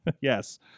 Yes